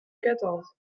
quatorze